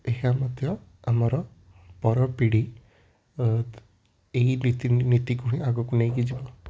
ଏହା ମଧ୍ୟ ଆମର ପର ପିଢ଼ି ଅତଃ ଏହି ନୀତିକୁ ହିଁ ଆଗକୁ ନେଇକି ଯିବ